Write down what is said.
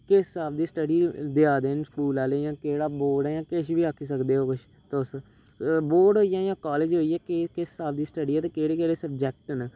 किस स्हाब दी स्टडी देयै दे न स्कूल आह्ले जां केह्ड़ा बोर्ड ऐ जां किश बी आखी सकदे ओ कुछ तुस जो बोर्ड होई गेआ जां कालेज होई गेआ के किस स्हाब दी स्टडी ऐ ते केह्ड़े केह्ड़े सब्जैक्ट न